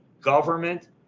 government